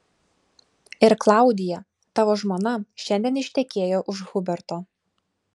ir klaudija tavo žmona šiandien ištekėjo už huberto